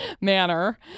manner